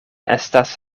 estas